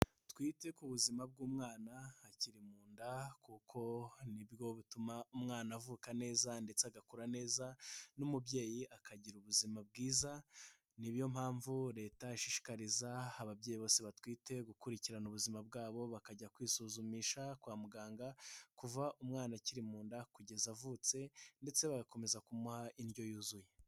Twite ku buzima bw'umwana akiri mu nda kuko nibwo butuma umwana avuka neza ndetse agakura neza n'umubyeyi akagira ubuzima bwiza, niyo mpamvu leta ishishikariza ababyeyi bose batwite gukurikirana ubuzima bwabo bakajya kwisuzumisha kwa muganga kuva umwana akiri mu nda kugeza avutse, ndetse bagakomeza kumuha indyo yuzuye.